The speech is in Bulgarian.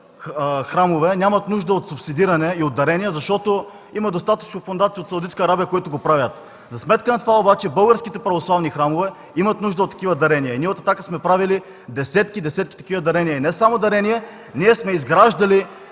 ние сме изграждали